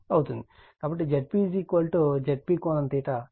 మరియు Zp Zp ∠